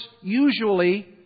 usually